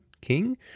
King